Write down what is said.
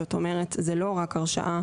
זאת אומרת, זה לא רק הרשאה.